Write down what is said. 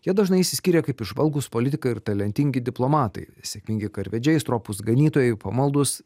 jie dažnai išsiskyrė kaip įžvalgūs politikai ir talentingi diplomatai sėkmingi karvedžiai stropūs ganytojai pamaldūs